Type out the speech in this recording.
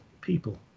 people